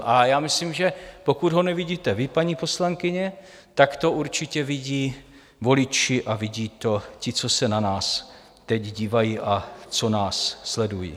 A já myslím, že pokud ho nevidíte vy, paní poslankyně, tak to určitě vidí voliči a vidí to ti, co se na nás teď dívají a co nás sledují.